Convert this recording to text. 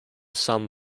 some